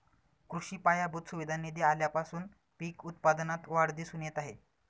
कृषी पायाभूत सुविधा निधी आल्यापासून पीक उत्पादनात वाढ दिसून येत आहे